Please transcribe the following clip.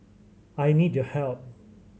I need your help